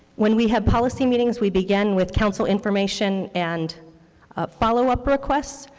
when we have policy meetings, we begin with council information and followup requests,